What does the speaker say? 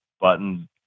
button